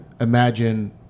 imagine